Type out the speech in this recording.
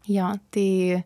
jo tai